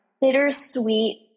bittersweet